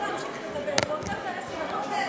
כמה זמן?